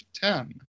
ten